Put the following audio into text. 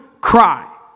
cry